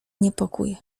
niepokój